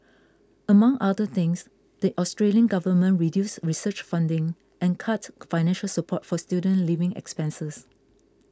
among other things the Australian government reduced research funding and cut financial support for student living expenses